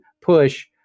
push